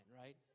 Right